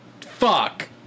Fuck